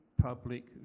public